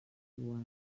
iguals